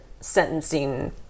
sentencing